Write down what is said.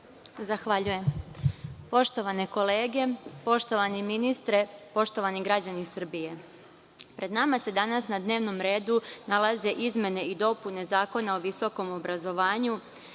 Zahvaljujem. Poštovane kolege, poštovani ministre, poštovani građani Srbije, pred nama se danas na dnevnom redu nalaze izmene i dopune Zakona o visokom obrazovanju